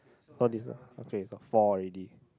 so this is a okay so four already